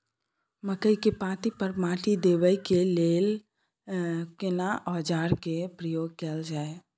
मकई के पाँति पर माटी देबै के लिए केना औजार के प्रयोग कैल जाय?